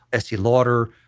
estee lauder,